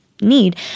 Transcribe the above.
need